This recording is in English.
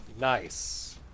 Nice